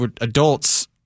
adults –